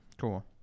Cool